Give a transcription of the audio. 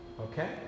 okay